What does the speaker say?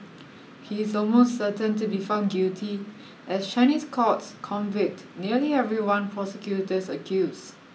he is almost certain to be found guilty as Chinese courts convict nearly everyone prosecutors accuse